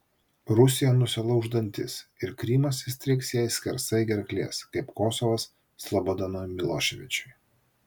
rusija nusilauš dantis ir krymas įstrigs jai skersai gerklės kaip kosovas slobodanui miloševičiui